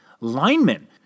linemen